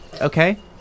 Okay